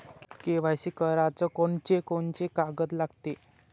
KYC कराच कोनचे कोनचे कागद लागते?